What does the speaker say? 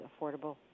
affordable